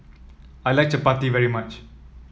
I like chappati very much